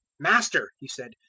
master, he said,